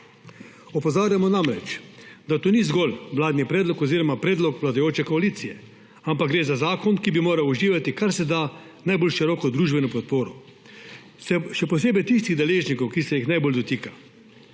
Opozarjamo namreč, da to ni zgolj vladni predlog oziroma predlog vladajoče koalicije, ampak gre za zakon, ki bi moral uživati karseda široko družbeno podporo, še posebej tistih deležnikov, ki se jih najbolj dotika.